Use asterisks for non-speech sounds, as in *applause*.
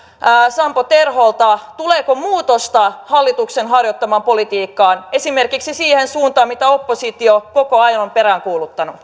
sampo terholta tuleeko muutosta hallituksen harjoittamaan politiikkaan esimerkiksi siihen suuntaan mitä oppositio koko ajan on peräänkuuluttanut *unintelligible*